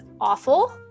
awful